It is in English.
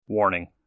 Warning